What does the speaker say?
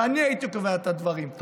ואני הייתי קובע את הדברים.